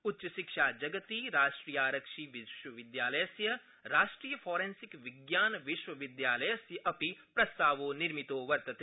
उच्चशिक्षाजगति राष्ट्रियारक्षिविश्वविद्यालयस्य राष्ट्रियफोरेंसिकविज्ञानविश्वविद्यालस्य अपि प्रस्तावो निर्मितो वर्तते